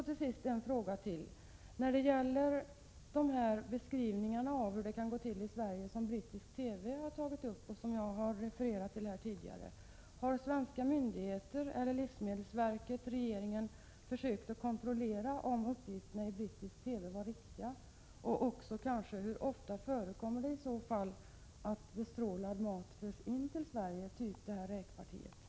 Till sist vill jag ställa ytterligare en fråga, som gäller det fall som uppmärksammats av brittisk TV och som jag har refererat till. Har svenska myndigheter, t.ex. livsmedelsverket, eller regeringen försökt kontrollera om uppgifterna i brittisk TV var riktiga och hur ofta det i så fall förekommer att bestrålad mat, som t.ex. det parti räkor jag talat om, förs in till Sverige?